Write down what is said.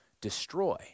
destroy